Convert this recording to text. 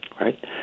right